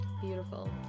beautiful